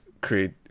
create